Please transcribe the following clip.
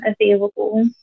available